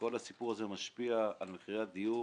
שכל הסיפור הזה משפיע על מחירי הדיור